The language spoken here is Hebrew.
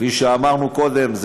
כפי שאמרנו קודם,